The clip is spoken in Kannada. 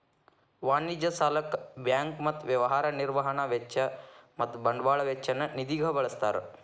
ವಾಣಿಜ್ಯ ಸಾಲಕ್ಕ ಬ್ಯಾಂಕ್ ಮತ್ತ ವ್ಯವಹಾರ ನಿರ್ವಹಣಾ ವೆಚ್ಚ ಮತ್ತ ಬಂಡವಾಳ ವೆಚ್ಚ ನ್ನ ನಿಧಿಗ ಬಳ್ಸ್ತಾರ್